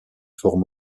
forme